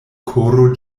koro